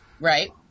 Right